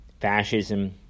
fascism